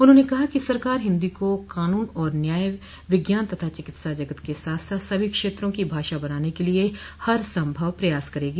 उन्होंने कहा कि सरकार हिन्दी को कानून और न्याय विज्ञान तथा चिकित्सा जगत के साथ साथ सभी क्षेत्रों की भाषा बनाने के लिए हरसंभव प्रयास करेगी